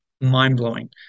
mind-blowing